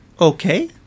Okay